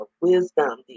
wisdom